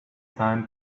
time